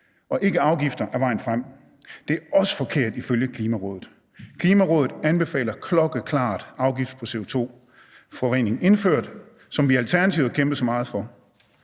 og ikke afgifter er vejen frem. Det er også forkert ifølge Klimarådet. Klimarådet anbefaler klokkeklart afgift på CO2-forurening indført, som vi i Alternativet har kæmpet så meget for.